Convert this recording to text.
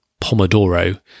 Pomodoro